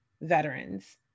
veterans